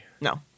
no